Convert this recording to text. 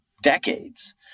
decades